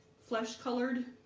flesh colored